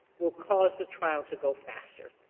will cause the trial to go faster,